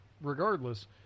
regardless